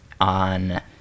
on